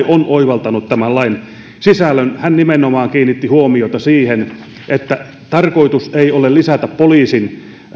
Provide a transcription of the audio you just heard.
on oivaltanut tämän lain sisällön hän kiinnitti huomiota nimenomaan siihen että tarkoitus ei ole lisätä poliisin